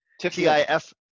T-i-f